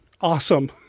Awesome